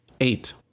Eight